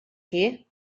chi